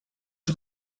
you